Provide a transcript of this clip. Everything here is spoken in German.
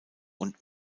und